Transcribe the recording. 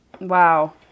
Wow